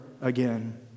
again